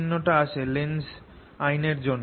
চিহ্নটা আসে লেন্জস আইন এর জন্য